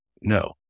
No